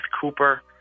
cooper